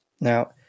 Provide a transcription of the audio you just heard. Now